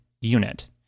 unit